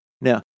Now